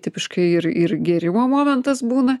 tipiškai ir ir gėrimo momentas būna